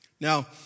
Now